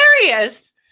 hilarious